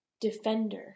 Defender